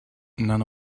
none